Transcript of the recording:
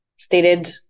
stated